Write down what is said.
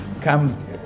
come